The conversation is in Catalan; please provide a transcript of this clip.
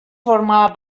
formava